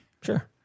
Sure